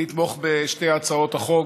אני אתמוך בשתי הצעות החוק,